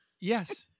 Yes